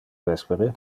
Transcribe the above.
vespere